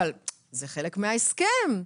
אבל זה חלק מההסכם,